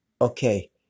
Okay